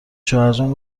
شوهرجان